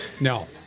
No